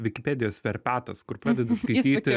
vikipedijos verpetas kur pradedi skaityti